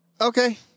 Okay